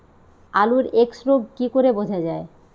আলুর এক্সরোগ কি করে বোঝা যায়?